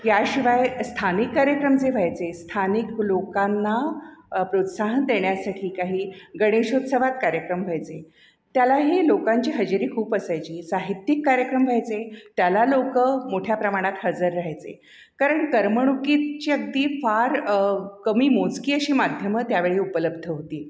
याशिवाय स्थानिक कार्यक्रम जे व्हायचे स्थानिक लोकांना प्रोत्साहन देण्यासाठी काही गणेशोत्सवात कार्यक्रम व्हायचे त्यालाही लोकांची हजेरी खूप असायची साहित्यिक कार्यक्रम व्हायचे त्याला लोक मोठ्या प्रमाणात हजर राहायचे कारण करमणूकीची अगदी फार कमी मोजकी अशी माध्यमं त्यावेळी उपलब्ध होती